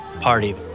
party